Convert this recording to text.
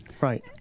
Right